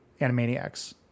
Animaniacs